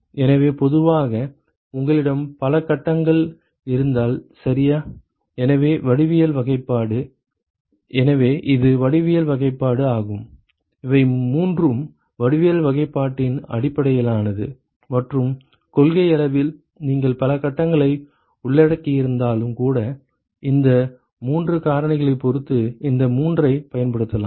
எனவே பொதுவாக உங்களிடம் பல கட்டங்கள் இருந்தால் சரியா எனவே வடிவியல் வகைப்பாடு எனவே இது வடிவியல் வகைப்பாடு ஆகும் இவை மூன்றும் வடிவியல் வகைப்பாட்டின் அடிப்படையிலானது மற்றும் கொள்கையளவில் நீங்கள் பல கட்டங்களை உள்ளடக்கியிருந்தாலும் கூட இந்த மூன்று காரணிகளைப் பொறுத்து இந்த மூன்றைப் பயன்படுத்தலாம்